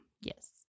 Yes